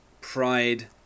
pride